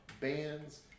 bands